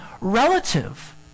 relative